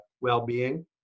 well-being